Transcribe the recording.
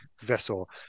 vessel